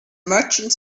merchant